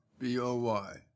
B-O-Y